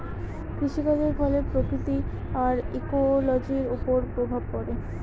কৃষিকাজের ফলে প্রকৃতি আর ইকোলোজির ওপর প্রভাব পড়ে